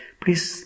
please